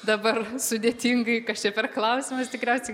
dabar sudėtingai kas čia per klausimas tikriausiai